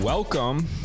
Welcome